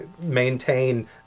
maintain